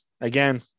again